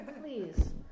Please